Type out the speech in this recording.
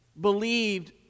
believed